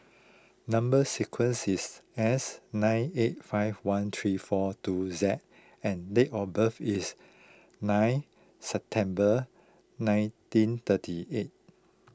Number Sequence is S nine eight five one three four two Z and date of birth is nine September nineteen thirty eight